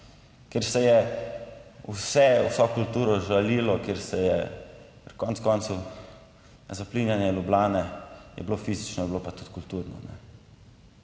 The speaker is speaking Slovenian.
kjer se je vse, vso kulturo žalilo, kjer se je konec koncev zaplinjenje Ljubljane je bilo fizično, je bilo pa tudi kulturno